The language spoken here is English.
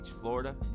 florida